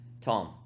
Tom